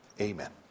Amen